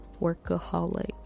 workaholic